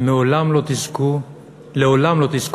לעולם לא תזכו לחוות,